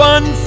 One